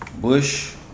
Bush